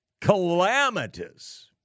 calamitous